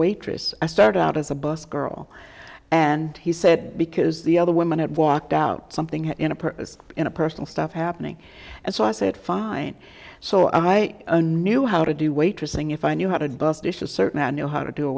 waitress i started out as a bus girl and he said because the other women had walked out something in a purpose in a personal stuff happening and so i said fine so i knew how to do waitressing if i knew how to dish a certain i knew how to do a